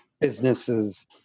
businesses